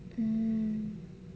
mm